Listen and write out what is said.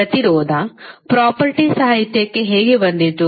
ಪ್ರತಿರೋಧ ಪ್ರಾಪರ್ರ್ಟಿ ಸಾಹಿತ್ಯಕ್ಕೆ ಹೇಗೆ ಬಂದಿತು